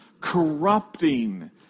corrupting